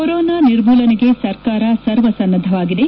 corona ನಿರ್ಮೂಲನೆಗೆ ಸರ್ಕಾರ ಸರ್ವ ಸನ್ನದ್ದವಾಗಿದೆ